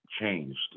changed